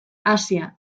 asia